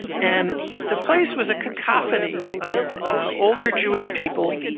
and the place was a cacophony of ah older jewish people,